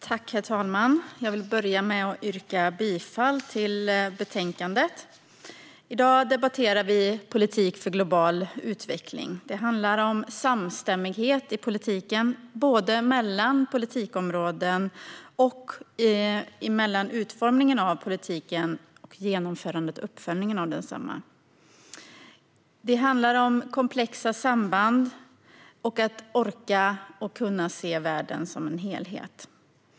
Herr talman! Jag yrkar bifall till förslaget i betänkandet. I dag debatterar vi politik för global utveckling. Det handlar om samstämmighet i politiken, både mellan politikområden och mellan utformningen av politiken och genomförandet och uppföljningen av densamma. Det handlar om komplexa samband och om att orka och kunna se världen som en helhet.